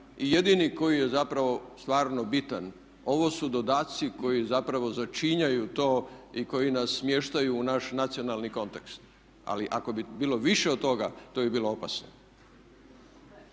jedini koji je zapravo stvarno bitan. Ovo su dodaci koji zapravo začinjaju to i koji nas smještaju u naš nacionalni kontekst. Ali ako bi bilo više od toga to bi bilo opasno.